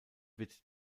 wird